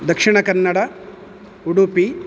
Dakshina Kannada Udupi